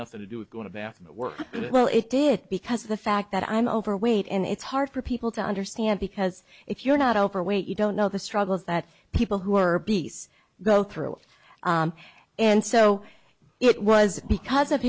nothing to do with going to work well it did because of the fact that i'm overweight and it's hard for people to understand because if you're not overweight you don't know the struggles that people who are obese go through and so it was because of